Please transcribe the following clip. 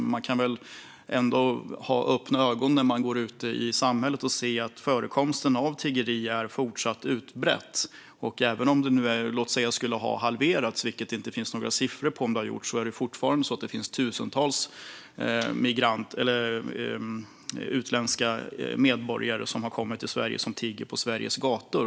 Men man kan ändå ha öppna ögon när man går ute i samhället och se att tiggeriet är fortsatt utbrett. Även om det nu skulle ha halverats, vilket inte finns några siffror på, finns det fortfarande tusentals migranter eller utländska medborgare som tigger på Sveriges gator.